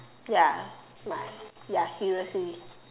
ya my ya seriously